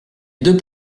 deux